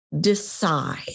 decide